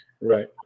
right